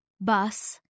bus